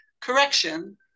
correction